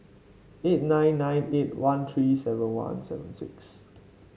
eight nine nine eight one three seven one seven six